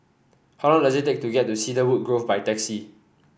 how long does it take to get to Cedarwood Grove by taxi